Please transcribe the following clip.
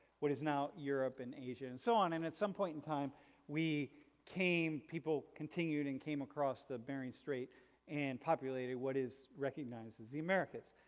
what is now europe and asia, and so on, and at some point in time we came, people continued and came across the bering strait and populated what is recognized as the americas.